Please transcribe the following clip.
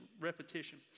repetition